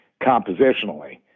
compositionally